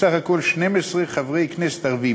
בסך הכול 12 חברי כנסת ערבים.